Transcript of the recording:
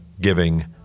Giving